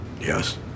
yes